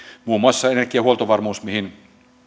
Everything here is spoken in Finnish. muun muassa energian huoltovarmuus mihin